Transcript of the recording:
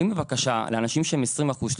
אנשים שהם 20 אחוזים,